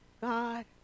God